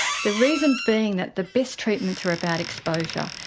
the reason being that the best treatments are about exposure,